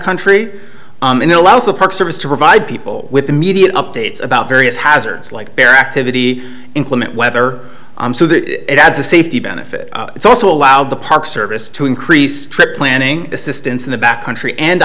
country and allows the park service to provide people with immediate updates about various hazards like bear activity inclement weather it adds a safety benefit it's also allowed the park service to increase trip planning assistance in the back country and t